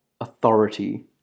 authority